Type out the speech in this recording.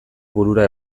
burura